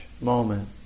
moment